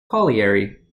colliery